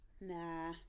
Nah